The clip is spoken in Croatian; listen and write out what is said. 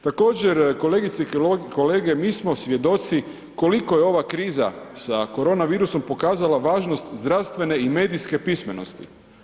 Također kolegice i kolege, mi smo svjedoci koliko je ova kriza sa koronavirusom pokazala važnost zdravstvene i medijske pismenosti.